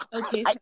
Okay